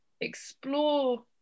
explore